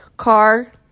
Car